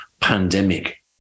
pandemic